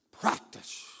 practice